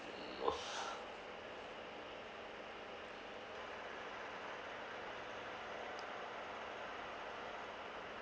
mm